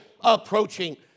approaching